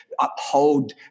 uphold